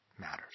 matters